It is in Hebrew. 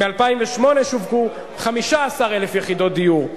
ב-2008 שווקו 15,000 יחידות דיור.